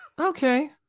Okay